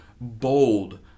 bold